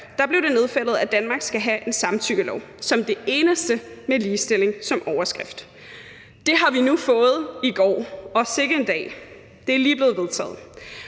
og SF nedfældet, at Danmark skal have en samtykkelov som det eneste initiativ med ligestilling som overskrift. Det har vi nu fået i går, og sikke en dag. Det er lige blevet vedtaget,